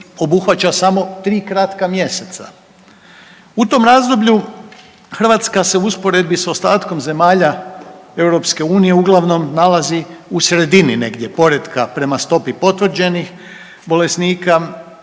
obuhvaća samo 3 kratka mjeseca. U tom razdoblju Hrvatska se u usporedbi s ostatkom zemalja EU uglavnom nalazi u sredini negdje poretka prema stopi potvrđenih bolesnika.